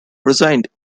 resigned